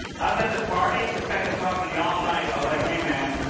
i was at this party, this guy kept talking to me all night. i was like, hey, man,